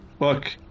look